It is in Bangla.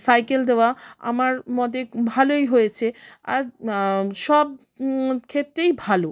সাইকেল দেওয়া আমার মতে ভালোই হয়েছে আর সব ক্ষেত্রেই ভালো